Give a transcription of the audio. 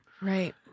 Right